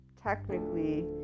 technically